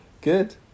Good